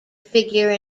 figure